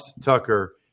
Tucker